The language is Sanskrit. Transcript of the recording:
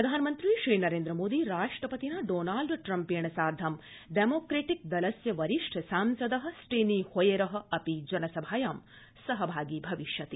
प्रधानमन्त्री श्रीनरेन्द्रमोदी राष्ट्रपतिना डॉनाल्ड ट्रम्पेण सार्ध डेमोक्रेटिक दलस्य वरिष्ठ सांसदः स्टेनी होयेर अपि जनसभायां सहभागी भविष्यति